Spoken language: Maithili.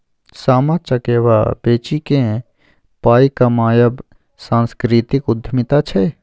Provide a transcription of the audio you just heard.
सामा चकेबा बेचिकेँ पाय कमायब सांस्कृतिक उद्यमिता छै